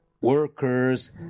workers